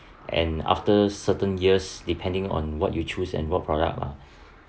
and after certain years depending on what you choose and what product lah